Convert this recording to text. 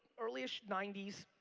early-ish ninety s,